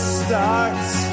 starts